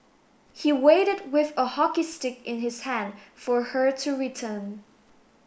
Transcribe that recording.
he waited with a hockey stick in his hand for her to return